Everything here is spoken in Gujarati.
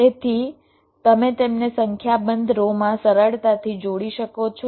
તેથી તમે તેમને સંખ્યાબંધ રો માં સરળતાથી જોડી શકો છો